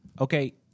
Okay